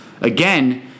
again